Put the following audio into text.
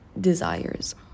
desires